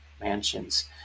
mansions